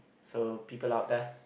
so people out there